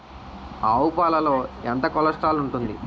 ఆవు పాలలో ఎంత కొలెస్ట్రాల్ ఉంటుంది?